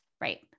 Right